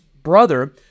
brother